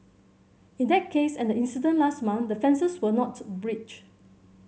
in that case and the incident last month the fences were not breached